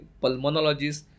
pulmonologist